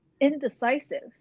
indecisive